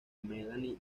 melanie